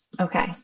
Okay